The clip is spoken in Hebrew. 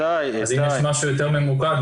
אז אם יש משהו יותר ממוקד,